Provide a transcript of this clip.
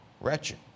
wretched